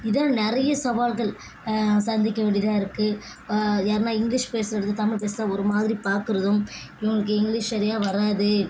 இதான் நிறைய சவால்கள் சந்திக்க வேண்டியதாக இருக்குது யாருன்னா இங்கிலீஷ் பேசுறது தமிழ் பேசுறதை ஒருமாதிரி பார்க்குறதும் இவங்களுக்கு இங்கிலீஷ் சரியாக வராது